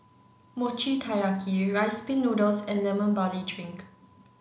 Mochi Taiyaki rice pin noodles and lemon barley drink